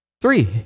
Three